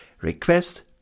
request